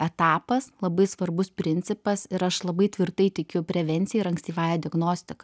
etapas labai svarbus principas ir aš labai tvirtai tikiu prevencija ir ankstyvąja diagnostika